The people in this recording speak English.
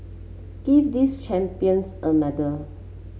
give these champions a medal